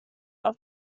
auf